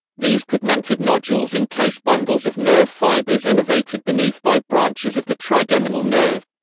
these pigmented nodules encase bundles of nerve fibers innervated beneath by branches of the trigeminal nerve.